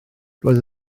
roedd